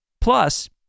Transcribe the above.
Plus